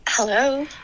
Hello